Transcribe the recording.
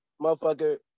motherfucker